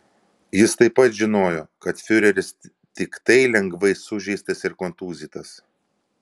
jis taip pat žinojo kad fiureris tiktai lengvai sužeistas ir kontūzytas